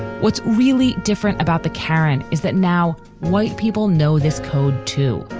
what's really different about the karen is that now white people know this code, too.